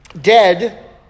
dead